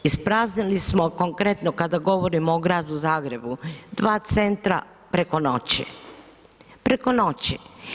Ispraznili smo, konkretno kada govorimo o Gradu Zagrebu, dva centra preko noći, preko noći.